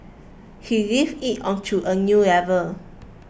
he lifts it onto a new level